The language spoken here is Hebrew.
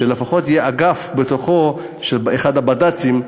שלפחות אגף בתוכו יהיה של אחד הבד"צים,